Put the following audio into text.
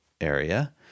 area